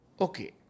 Okay